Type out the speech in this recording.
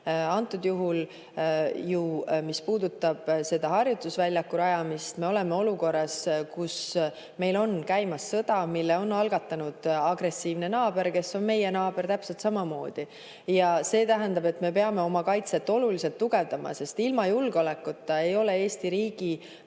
Antud juhul, mis puudutab selle harjutusväljaku rajamist, me oleme olukorras, kus meil on käimas sõda, mille on algatanud agressiivne naaber. Aga ta on [paraku] meie naaber. Ja see tähendab, et me peame oma kaitset oluliselt tugevdama, sest ilma julgeolekuta ei ole Eesti riigi,